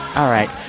all right.